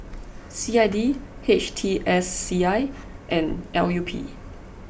C I D H T S C I and L U P